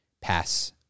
pass